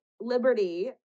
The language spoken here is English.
Liberty